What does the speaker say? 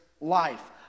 life